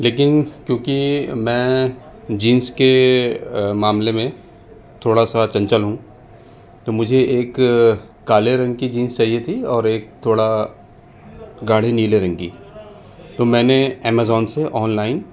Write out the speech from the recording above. لیکن کیونکہ میں جینس کے معاملے میں تھوڑا سا چنچل ہوں تو مجھے ایک کالے رنگ کی جینس چاہیے تھی اور ایک تھوڑا گاڑھے نیلے رنگ کی تو میں نے ایمازون سے آن لائن